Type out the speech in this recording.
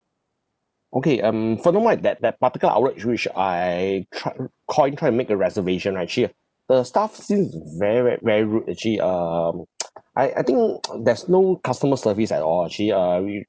okay um furthermore at that that outlet which I try call in try to make a reservation right actually ah the staff seems very very very rude actually um I I think uh there's no customer service at all actually uh re~